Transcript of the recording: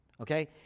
okay